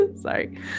sorry